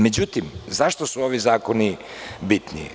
Međutim, zašto su ovi zakoni bitni?